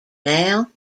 now